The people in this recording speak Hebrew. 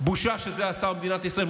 בושה שזה השר במדינת ישראל.